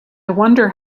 wonder